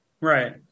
Right